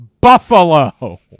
Buffalo